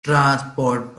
transport